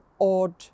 odd